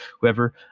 whoever